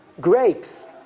grapes